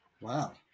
wow